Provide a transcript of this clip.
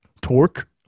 torque